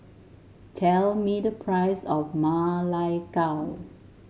tell me the price of Ma Lai Gao